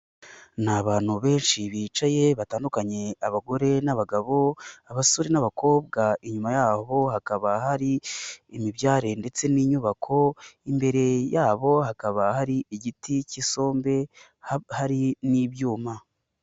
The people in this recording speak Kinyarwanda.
Ni abantu benshi bicaye batandukanye abagore n'abagabo, abasore n'abakobwa inyuma yabo hakaba hari imibyare ndetse n'inyubako, imbere yabo hakaba hari igiti k'isombe, hari n'ibyuma.